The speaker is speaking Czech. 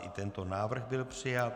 I tento návrh byl přijat.